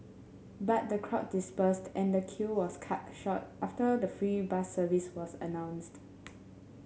but the crowd dispersed and the queue was cut short after the free bus service was announced